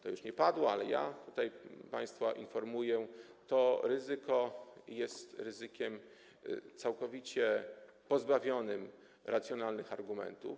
To już nie padło, ale ja tutaj państwa informuję, że to ryzyko jest ryzykiem całkowicie pozbawionym racjonalnych argumentów.